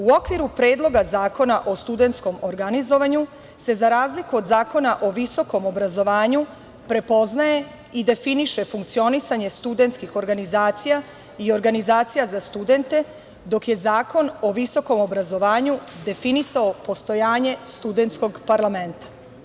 U okviru Predloga zakona o studentskom organizovanju se, za razliku od Zakona o visokom obrazovanju, prepoznaje i definiše funkcionisanje studentskih organizacija i organizacija za studente, dok je Zakon o visokom obrazovanju definisao postojanje studentskog parlamenta.